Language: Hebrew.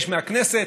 שני-שלישים מהכנסת,